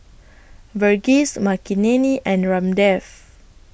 Verghese Makineni and Ramdev